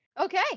Okay